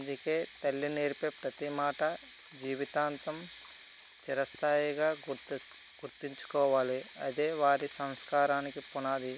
అందుకే తల్లి నేర్పే ప్రతి మాట జీవితాంతం చిరస్థాయిగా గుర్తుం గుర్తుంచుకోవాలి అదే వారి సంస్కారానికి పునాది